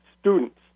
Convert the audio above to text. students